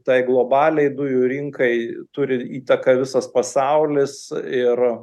tai globaliai dujų rinkai turi įtaką visas pasaulis ir